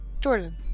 Jordan